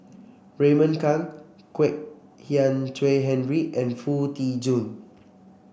Raymond Kang Kwek Hian Chuan Henry and Foo Tee Jun